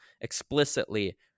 explicitly